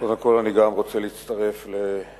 קודם כול גם אני רוצה להצטרף לתנחומים